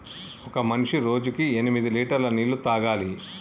ఒక మనిషి రోజుకి ఎనిమిది లీటర్ల నీళ్లు తాగాలి